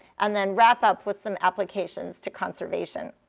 and then wrap up with some applications to conservation.